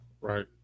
Right